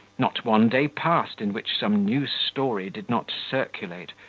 not one day passed in which some new story did not circulate,